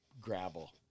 gravel